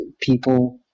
people